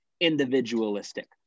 individualistic